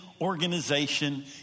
organization